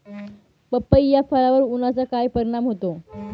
पपई या फळावर उन्हाचा काय परिणाम होतो?